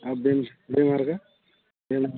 ଆଉ ବିମ୍ ବିମ୍ ମାର୍କା ମାର୍କା